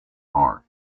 art